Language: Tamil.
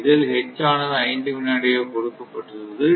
இதில் H ஆனது 5 வினாடியாக கொடுக்கப்பட்டுள்ளது